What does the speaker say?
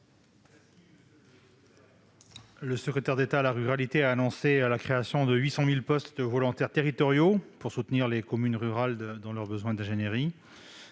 Le secrétaire d'État chargé de la ruralité a annoncé la création de 800 postes de « volontaires territoriaux » pour soutenir les communes rurales dans leurs besoins en ingénierie.